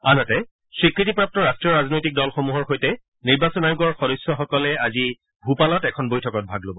আনহাতে স্বীকৃতিপ্ৰাপ্ত ৰাষ্ট্ৰীয় ৰাজনৈতিক দলসমূহৰ সৈতে নিৰ্বাচন আয়োগৰ সদস্যসকলে আজি ভূপালত এখন বৈঠকত ভাগ ল'ব